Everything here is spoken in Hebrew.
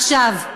טעות אחת.